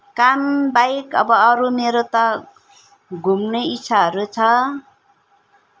काम बाहेक अब अरू मेरो त घुम्ने इच्छाहरू छ